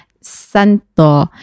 Santo